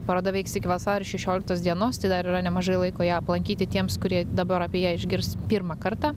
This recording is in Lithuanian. paroda veiks iki vasario šešioliktos dienos tai dar yra nemažai laiko ją aplankyti tiems kurie dabar apie ją išgirs pirmą kartą